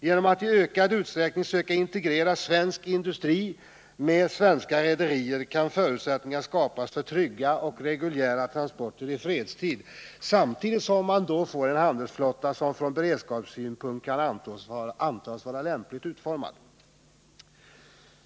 Genom att i ökad utsträckning söka integrera svensk industri med svenska rederier kan förutsättningar skapas för trygga och reguljära transporter i fredstid, samtidigt som man då får en handelsflotta som från beredskapssynpunkt kan antas vara lämpligt utformad.